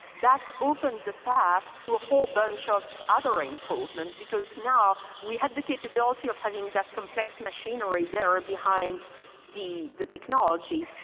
that's opened the path to a whole bunch of other improvements, because now we have the capability of having that complex machinery there behind the the technology,